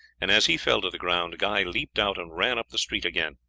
and as he fell to the ground guy leapt out and ran up the street again.